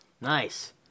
nice